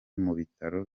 mubitaro